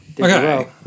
Okay